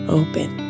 open